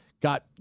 got